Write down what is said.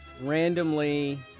Randomly